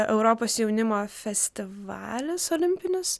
europos jaunimo festivalis olimpinis